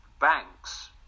banks